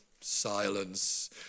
Silence